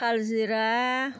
खालजिरा